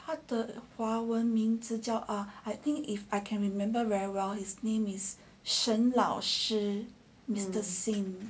他的华文名字叫 ah I think if I can't remember very well his name is 沈老师 mister sim